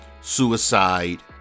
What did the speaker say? suicide